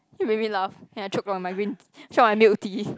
you made me laugh then I choke on my wind choke on my milk tea